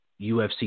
UFC